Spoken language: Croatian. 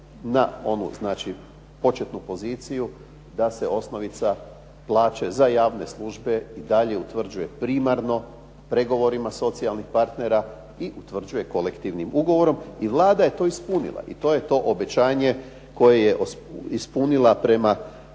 znači početnu poziciju, da se osnovica plaće za javne službe i dalje utvrđuje primarno, pregovorima socijalnih partnera i utvrđuje kolektivnim ugovorom i Vlada je to ispunila. I to je to obećanje koje je ispunila prema